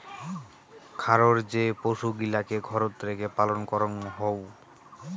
খারর যে পশুগিলাকে ঘরত রেখে পালন করঙ হউ